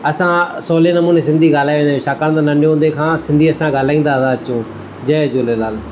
असां सवले नमूने सिंधी ॻाल्हाए वेंदा आहियूं छाकाणि त नंढे हूंदे खां असां सिंधी ॻाल्हाईंदा था अचूं जय झूलेलाल